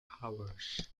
hours